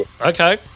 Okay